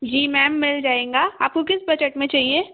जी ma'am मिल जाएंगा आपको किस बजट मे चाहिए